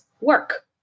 work